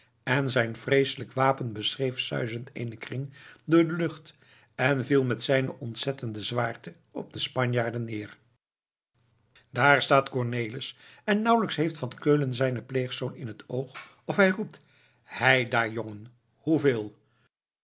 en zijn vreeselijk wapen beschreef suizend eenen kring door de lucht en viel met zijne ontzettende zwaarte op de spanjaarden neer daar staat cornelis en nauwelijks heeft van keulen zijnen pleegzoon in het oog of hij roept heidaar jongen hoeveel